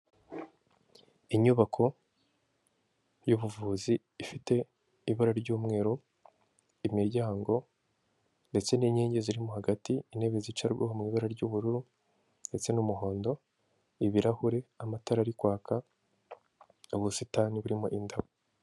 Inyubako y'ubuvuzi ifite ibara ry'umweru, imiryango ndetse n'inkingi zirimo hagati, intebe zicarwaho mu ibara ry'ubururu, ndetse n'umuhondo, ibirahure, amatara ari kwaka, ubusitani burimo indabo.